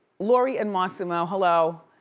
lori and mossimo, hello,